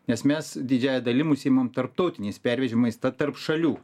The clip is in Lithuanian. nes mes didžiąja dalim užsiimam tarptautiniais pervežimais ta tarp šalių